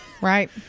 Right